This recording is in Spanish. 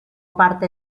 parte